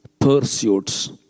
pursuits